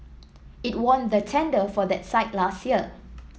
it won the tender for that site last year